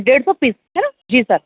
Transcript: डेढ़ सौ piece sir ji sir